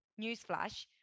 newsflash